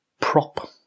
prop